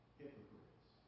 hypocrites